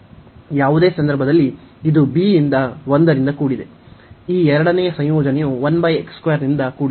ಯಾವುದೇ ಸಂದರ್ಭದಲ್ಲಿ ಇದು b ಯಿಂದ 1 ರಿಂದ ಕೂಡಿದೆ ಈ ಎರಡನೆಯ ಸಂಯೋಜನೆಯು ನಿಂದ ಕೂಡಿದೆ